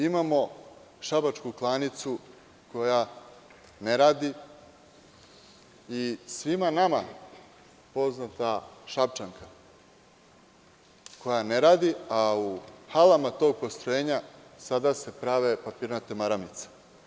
Imamo šabačku klanicu koja ne radi i svima nama poznata „Šapčanka“, koja ne radi, a u halama tog postrojenja sada se prave papirnate maramice.